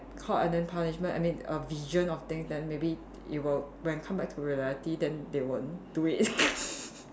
caught and then punishment I mean a vision of things that maybe it will when come back to reality then they won't do it